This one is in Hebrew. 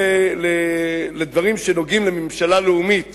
בדברים שנוגעים לממשלה לאומית